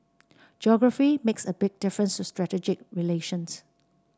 geography makes a big difference to strategic relations